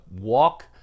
walk